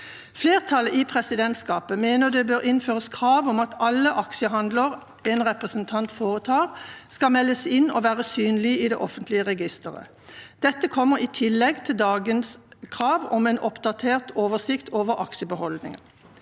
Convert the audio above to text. Flertallet i presidentskapet mener det bør innføres krav om at alle aksjehandler en representant foretar, skal meldes inn og være synlig i det offentlige registeret. Dette kommer i tillegg til dagens krav om en oppdatert oversikt over aksjebeholdning.